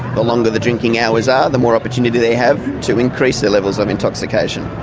the longer the drinking hours are, the more opportunity they have to increase their levels of intoxication.